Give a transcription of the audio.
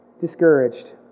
discouraged